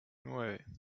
nueve